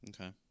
Okay